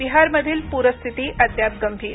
बिहारमधील पूरस्थिती अद्याप गंभीर